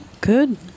Good